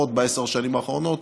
לפחות בעשר השנים האחרונות,